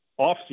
offseason